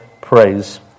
praise